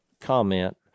comment